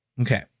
Okay